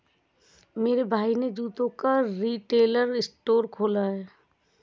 मेरे भाई ने जूतों का रिटेल स्टोर खोला है